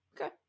Okay